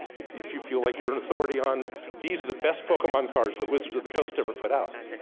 if you if you feel like you're an authority, on these are the best pokemon cards, that wizards of the coast ever put out,